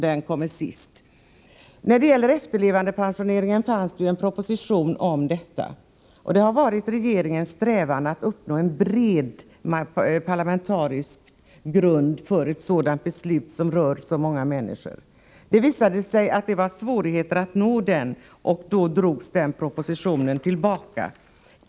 Till förra riksmötet lades det fram en proposition om efterlevandepensionering. Det var regeringens strävan att uppnå en bred parlamentarisk enighet för ett beslut på detta område, som rör så många människor. Det visade sig att det var svårt att nå en sådan enighet, och då drogs propositionen tillbaka.